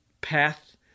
path